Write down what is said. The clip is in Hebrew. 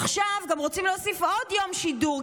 עכשיו גם רוצים להוסיף עוד יום שידור,